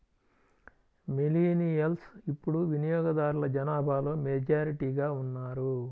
millennials ఇప్పుడు వినియోగదారుల జనాభాలో మెజారిటీగా ఉన్నారు